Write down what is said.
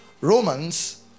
Romans